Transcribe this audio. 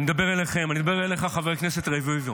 אני מדבר אליכם, אני מדבר אליך, חבר הכנסת רביבו.